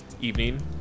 evening